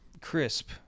crisp